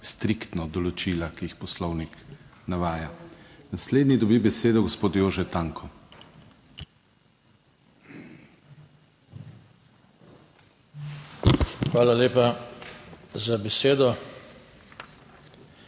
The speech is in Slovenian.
striktno določila, ki jih Poslovnik navaja. Naslednji dobi besedo gospod Jože Tanko. JOŽE TANKO (PS